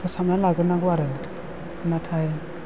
फोसाबना लाग्रोनांगौ आरो नाथाय